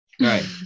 Right